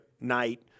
night